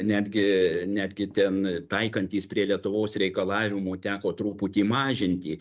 netgi netgi ten taikantys prie lietuvos reikalavimų teko truputį mažinti